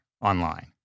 online